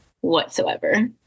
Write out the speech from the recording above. whatsoever